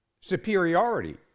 superiority